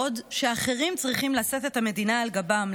בעוד האחרים צריכים לשאת את המדינה על גבם,